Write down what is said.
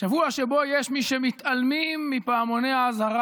שבוע שבו יש מי שמתעלמים מפעמוני האזהרה